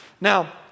Now